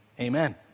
Amen